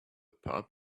pub